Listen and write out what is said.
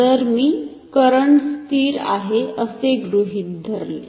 जर मी करंट स्थिर आहे असे गृहीत धरले